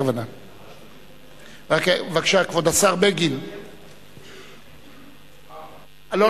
כבוד השר בגין, בבקשה.